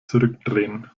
zurückdrehen